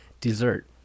dessert